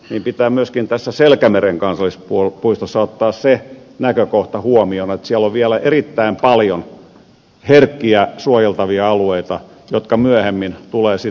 pitää myöskin tässä selkämeren kansallispuistossa ottaa se näkökohta huomioon että siellä on vielä erittäin paljon herkkiä suojeltavia alueita jotka sitten myöhemmin tulee liittää tähän kansallispuistoon